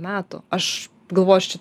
metų aš galvoju aš čia